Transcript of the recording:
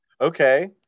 Okay